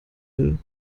will